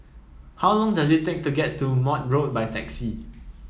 how long does it take to get to Maude Road by taxi